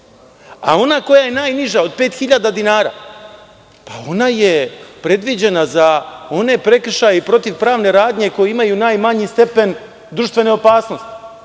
Ona koja je najniža, od 5.000 dinara, ona je predviđena za one prekršaje i protivpravne radnje koje imaju najmanji stepen društvene opasnosti,